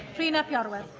rhun ap iorwerth am